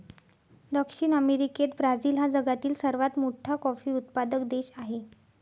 दक्षिण अमेरिकेत ब्राझील हा जगातील सर्वात मोठा कॉफी उत्पादक देश आहे